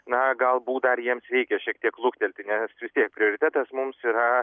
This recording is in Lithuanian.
na galbūt dar jiems reikia šiek tiek luktelti nes vis tiek prioritetas mums yra